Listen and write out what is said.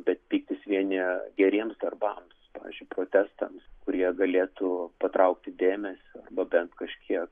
bet pyktis vienija geriems darbams pavyzdžiui protestams kurie galėtų patraukti dėmesį arba bent kažkiek